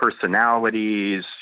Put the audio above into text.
personalities